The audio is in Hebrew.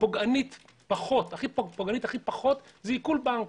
והפוגענית הכי פחות זה עיקול בנק.